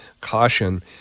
caution